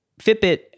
Fitbit